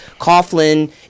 Coughlin